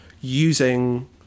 using